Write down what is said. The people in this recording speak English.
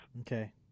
Okay